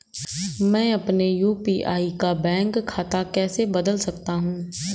मैं अपने यू.पी.आई का बैंक खाता कैसे बदल सकता हूँ?